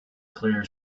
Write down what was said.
clear